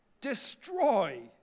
destroy